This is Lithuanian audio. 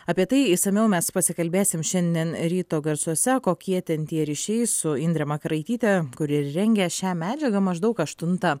apie tai išsamiau mes pasikalbėsim šiandien ryto garsuose kokie ten tie ryšiai su indre makaraityte kuri ir rengė šią medžiagą maždaug aštuntą